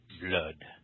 blood